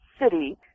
city